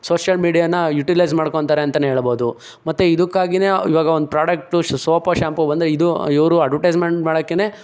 social ಮಿಡಿಯಾನ utilise ಮಾಡ್ಕೋತಾರೆ ಅಂತಲೇ ಹೇಳ್ಬೋದು ಮತ್ತು ಇದಕ್ಕಾಗಿಯೇ ಇವಾಗ ಒಂದು ಪ್ರಾಡಕ್ಟ್ದು ಸೋಪಾ ಶ್ಯಾಂಪು ಬಂದು ಇದು ಇವರು ಅಡ್ವರ್ಟೈಸ್ಮೆಂಟ್ ಮಾಡೋಕ್ಕೇನೆ